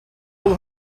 call